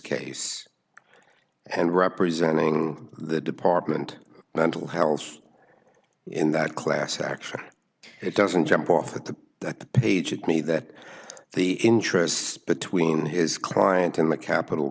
case and representing the department mental health in that class action it doesn't jump off that the that the page at me that the interests between his client and the capital